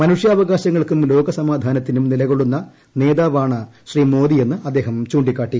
മനുഷ്യാവകാശങ്ങൾക്കും ലോകസമാധാനത്തിനും നിലക്കൊള്ളുന്ന നേതാവാണ് ശ്രീ മോദിയെന്ന് അദ്ദേഹം ചൂ ിക്കാട്ടി